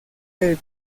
del